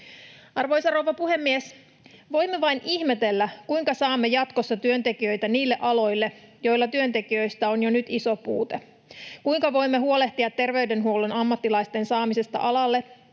Arvoisa rouva puhemies! Voimme vain ihmetellä, kuinka saamme jatkossa työntekijöitä niille aloille, joilla työntekijöistä on jo nyt iso puute. Kuinka voimme huolehtia terveydenhuollon ammattilaisten saamisesta alalle?